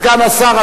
סגן השר,